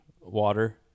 water